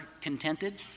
contented